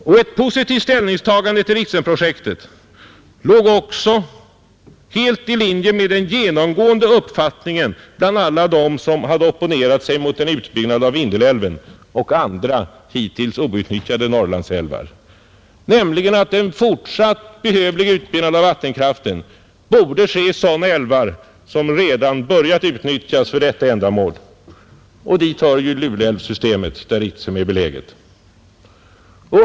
Och ett positivt ställningstagande till Ritsemprojektet låg också helt i linje med den genomgående uppfattningen bland alla dem som opponerat sig mot en utbyggnad av Vindelälven och andra hittills outnyttjade Norrlandsälvar, nämligen att en fortsatt behövlig utbyggnad av vattenkraften borde ske i sådana älvar som redan börjat utnyttjas för detta ändamål — och dit hör Luleälvssystemet, där Ritsem är beläget.